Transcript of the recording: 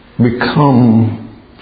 become